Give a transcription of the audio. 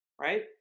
right